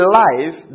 life